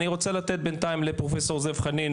אני רוצה לתת בינתיים לפרופסור זאב חנין